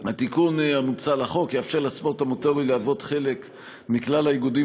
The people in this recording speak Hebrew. התיקון המוצע לחוק יאפשר לספורט המוטורי להוות חלק מכלל האיגודים